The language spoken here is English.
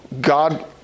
God